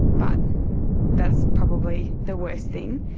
but that's probably the worst thing.